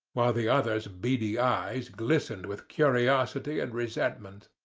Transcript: while the other's beady eyes glistened with curiosity and resentment.